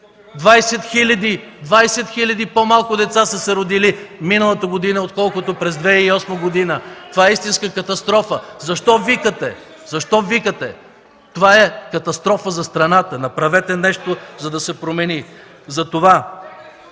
хиляди деца по-малко са се родили миналата година, отколкото през 2008 г. Това е истинска катастрофа! (Реплики от ГЕРБ.) Защо викате, защо викате? Това е катастрофа за страната! Направете нещо, за да се промени.